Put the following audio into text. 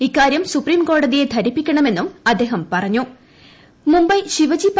ഇക്കാര്യംസുപ്രീംകോടതിയെ ധരിപ്പിക്കണമെന്നുംഅദ്ദേഹം മുംബൈ ശിവജി പറഞ്ഞു